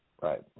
Right